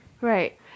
right